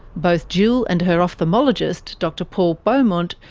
both jill and her ophthalmologist, dr paul beaumont,